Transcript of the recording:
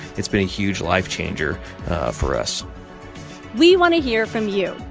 it's been a huge life-changer for us we want to hear from you.